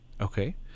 Okay